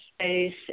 space